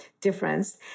difference